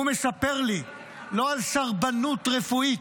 הוא מספר לי לא על סרבנות רפואית